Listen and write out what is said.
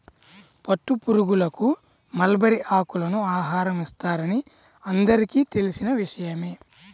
పట్టుపురుగులకు మల్బరీ ఆకులను ఆహారం ఇస్తారని అందరికీ తెలిసిన విషయమే